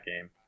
game